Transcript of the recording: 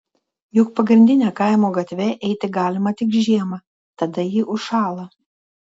juk pagrindine kaimo gatve eiti galima tik žiemą tada ji užšąla